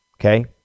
Okay